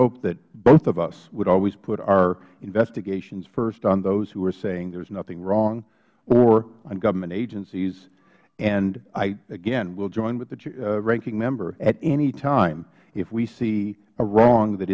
hope that both of us would always put our investigations first on those who are saying there is nothing wrong or on government agencies and i again will join with the ranking member at any time if we see a wrong that